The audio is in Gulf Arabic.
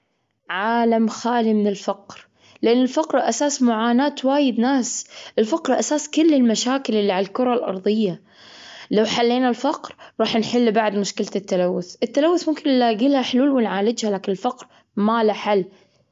عالم خالي من الفقر، لأن الفقر أساس معاناة وايد ناس. الفقر أساس كل المشاكل اللي على الكرة الأرضية. لو حلينا الفقر، راح نحل بعد مشكلة التلوث. التلوث ممكن نلاقي لها حلول ونعالجها، لكن الفقر ما له حل.